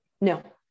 No